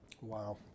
Wow